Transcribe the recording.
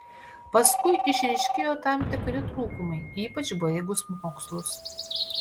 paskui išryškėjo tam tikri trūkumai ypač baigus mokslus